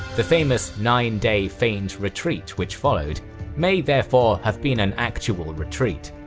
the famous nine day feigned retreat which followed may therefore have been an actual retreat.